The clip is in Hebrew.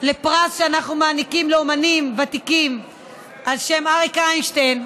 לפרס שאנחנו מעניקים לאומנים ותיקים על שם אריק איינשטיין,